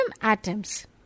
atoms